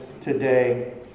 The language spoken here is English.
today